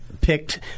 picked